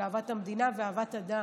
של אהבת המדינה ואהבת אדם.